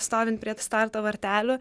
stovint prie starto vartelių